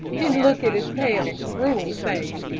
and look at his pale, cruel face,